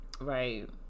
Right